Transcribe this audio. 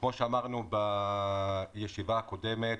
כמו שאמרנו בישיבה הקודמת,